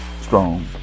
strong